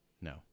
No